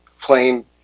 plain